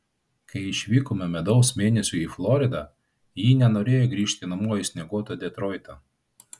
kai išvykome medaus mėnesiui į floridą ji nenorėjo grįžti namo į snieguotą detroitą